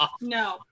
No